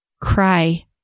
Cry